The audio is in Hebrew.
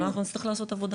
אז אנחנו נצטרך לעשות עבודה